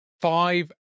five